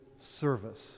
service